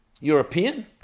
European